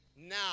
now